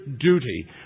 duty